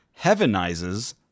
heavenizes